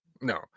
no